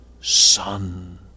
Son